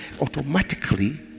automatically